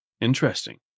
Interesting